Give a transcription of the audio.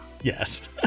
yes